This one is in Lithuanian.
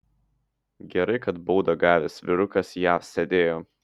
gerai kad baudą gavęs vyrukas jav sėdėjo